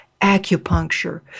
acupuncture